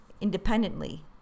independently